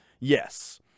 Yes